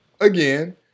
Again